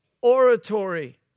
oratory